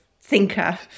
thinker